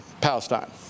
Palestine